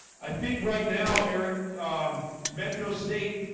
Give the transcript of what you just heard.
i think right now eric metro state